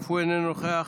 אף הוא איננו נוכח,